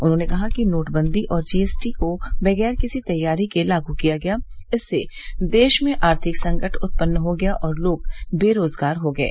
उन्होंने कहा कि नोटबंदी और जीएसटी को बगैर किसी तैयारी के लागू किया गया इससे देश में आर्थिक संकट उत्पन्न हो गया और लोग बेरोजगार हो गये